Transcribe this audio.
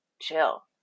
chill